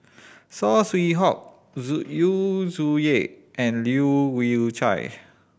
Saw Swee Hock Yu Zhuye and Leu Yew Chye